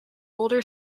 older